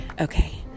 Okay